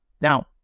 Now